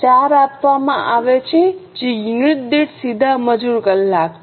4 આપવામાં આવે છે જે યુનિટ દીઠ સીધા મજૂર કલાક છે